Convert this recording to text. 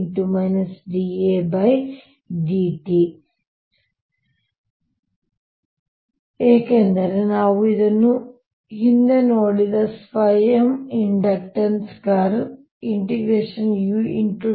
dA dt ಗೆ ಸಮಾನವಾಗಿರುತ್ತದೆ ಉದ್ದದ ಮೇಲೆ ಇದನ್ನು ಬರೆಯೋಣ ಏಕೆಂದರೆ ನಾವು ಇದನ್ನು ಹಿಂದೆ ನೋಡಿದ ಸ್ವಯಂ ಇಂಡಕ್ಟನ್ಸ್ ಕರ್ವ್ u